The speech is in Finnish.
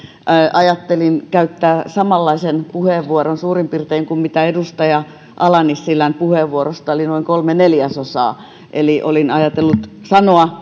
ajattelin käyttää suurin piirtein samanlaisen puheenvuoron kuin mitä edustaja ala nissilän puheenvuorosta oli noin kolme neljäsosaa eli olin ajatellut sanoa